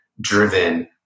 driven